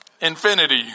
Infinity